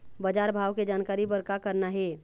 बजार भाव के जानकारी बर का करना हे?